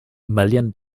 million